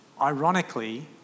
Ironically